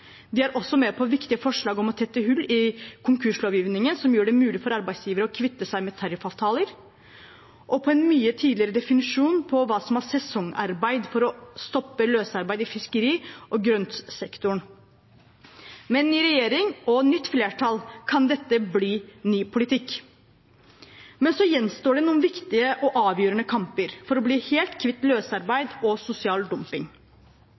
De er også med på viktige forslag om å tette hull i konkurslovgivningen, som gjør det mulig for arbeidsgiver å kvitte seg med tariffavtaler, og på en mye tidligere definisjon av hva som er sesongarbeid, for å stoppe løsarbeid i fiskeri og grøntsektoren. Med en ny regjering og nytt flertall kan dette bli ny politikk. Men så gjenstår det noen viktige og avgjørende kamper for å bli helt kvitt løsarbeid og sosial dumping.